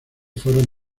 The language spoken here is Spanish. fueron